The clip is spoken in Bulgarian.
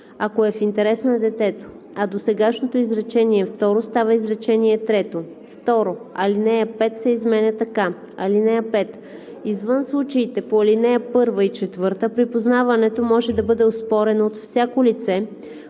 ако е в интерес на детето.“, а досегашното изречение второ става изречение трето. 2. Алинея 5 се изменя така: „(5) Извън случаите по ал. 1 и 4 припознаването може да бъде оспорено от всяко лице,